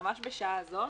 ממש בשעה זאת